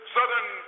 Southern